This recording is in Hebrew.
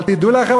אבל תדעו לכם,